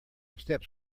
steps